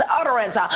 utterance